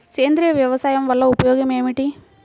సేంద్రీయ వ్యవసాయం వల్ల ఉపయోగం ఏమిటి?